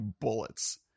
bullets